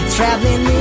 Traveling